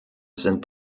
sind